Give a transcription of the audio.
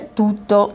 tutto